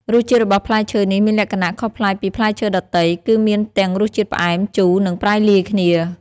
រសជាតិរបស់ផ្លែឈើនេះមានលក្ខណៈខុសប្លែកពីផ្លែឈើដទៃ គឺមានទាំងរសជាតិផ្អែម ជូរ និងប្រៃលាយគ្នា